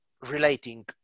relating